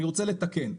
אני רוצה לתקן.